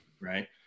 Right